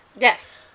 Yes